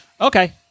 Okay